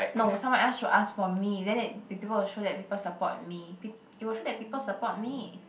no someone else should ask for me then it people will show that people support me peo~ it will show that people support me